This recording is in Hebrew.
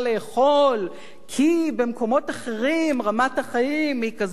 כי במקומות אחרים רמת החיים היא כזאת או אחרת.